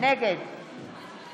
נגד